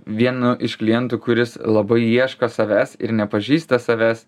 vienu iš klientų kuris labai ieško savęs ir nepažįsta savęs